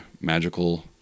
magical